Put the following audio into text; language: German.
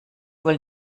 wohl